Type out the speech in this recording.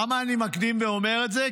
למה אני מקדים ואומר את זה?